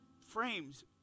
frames